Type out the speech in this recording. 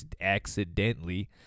accidentally